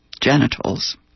genitals